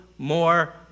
More